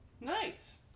Nice